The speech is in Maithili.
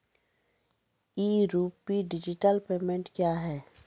ई रूपी डिजिटल पेमेंट क्या हैं?